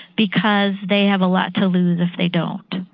because they have a lot to lose if they don't.